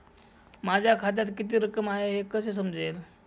माझ्या खात्यात किती रक्कम आहे हे कसे समजेल?